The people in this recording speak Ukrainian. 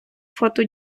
фото